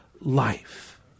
life